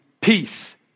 peace